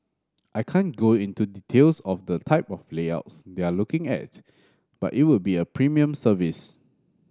I can't go into details of the type of layouts they are looking at but it would be a premium service